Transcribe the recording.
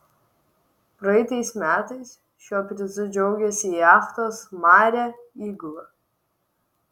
praeitais metais šiuo prizu džiaugėsi jachtos maria įgula